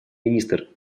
министр